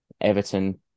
Everton